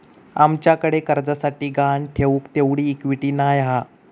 आमच्याकडे कर्जासाठी गहाण ठेऊक तेवढी इक्विटी नाय हा